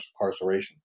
incarceration